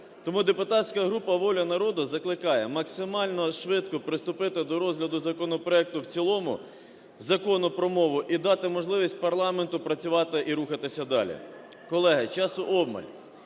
Тому депутатська група "Воля народу" закликає максимально швидко приступити до розгляду законопроекту в цілому, Закону про мову, і дати можливість парламенту працювати і рухатися далі. Колеги, часу обмаль.